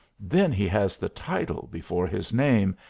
then he has the title before his name,